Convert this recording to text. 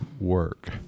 work